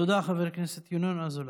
תודה, חבר הכנסת ינון אזולאי.